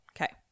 okay